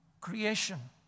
creation